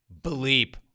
bleep